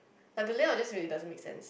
like the layout just really doesn't make sense